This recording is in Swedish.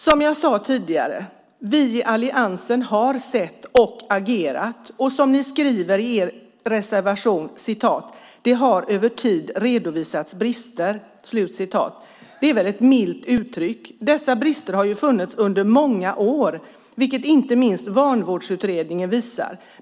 Som jag sade tidigare har vi i Alliansen sett och agerat, och som ni skriver i er reservation: "Det har över tid redovisats brister." Det är väl milt uttryckt. Dessa brister har ju funnits under många år, vilket inte minst Vanvårdsutredningen visar.